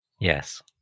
Yes